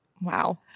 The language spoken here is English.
Wow